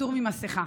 פטור ממסכה.